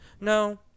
No